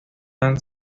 han